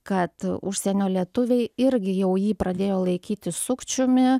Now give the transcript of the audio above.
kad užsienio lietuviai irgi jau jį pradėjo laikyti sukčiumi